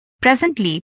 Presently